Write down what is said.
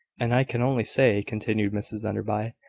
and i can only say, continued mrs enderby,